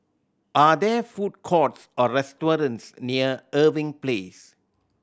are there food courts or restaurants near Irving Place